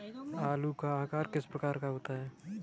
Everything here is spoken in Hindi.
आलू का आकार किस प्रकार का होता है?